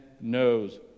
knows